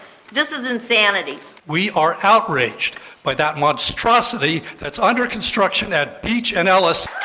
this is insanity we are outraged by that monstrosity that's under construction at beach and ellis